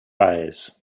eyes